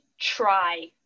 try